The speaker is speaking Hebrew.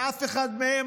ואף אחד מהם,